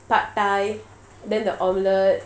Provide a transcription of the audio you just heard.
pad thai then the omelette